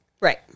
Right